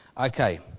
Okay